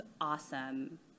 awesome